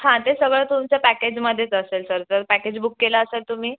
हां ते सगळं तुमच्या पॅकेजमध्येच असेल सर जर पॅकेज बुक केला असेल तुम्ही